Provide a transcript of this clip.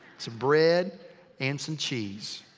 some bread and some cheese.